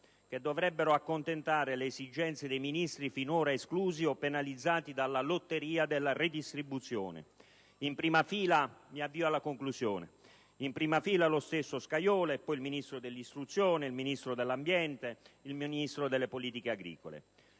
che dovrebbero accontentare le esigenze dei Ministri finora esclusi o penalizzati dalla lotteria della redistribuzione: in prima fila, lo stesso Scajola e poi il Ministro dell'istruzione, e poi ancora quello dell'ambiente, quello delle politiche agricole.